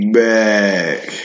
back